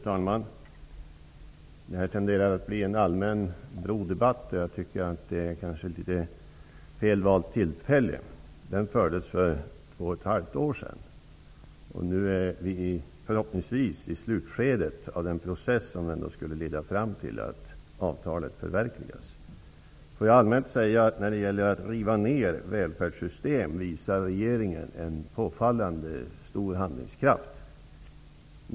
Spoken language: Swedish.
Fru talman! Det här tenderar att bli en allmän brodebatt. Jag tycker att tillfället är fel valt för det. Den debatten fördes för två och ett halvt år sedan. Nu befinner vi oss förhoppningsvis i slutskedet av den process som skulle leda fram till att avtalet förverkligas. Helt allmänt vill jag säga att regeringen visar en påfallande stor handlingskraft när det gäller att riva ned välfärdssystem.